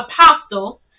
Apostle